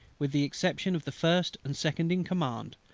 with the exception of the first and second in command,